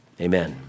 Amen